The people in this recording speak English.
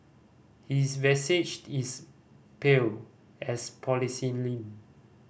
his visage is pale as porcelain